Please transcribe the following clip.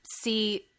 see –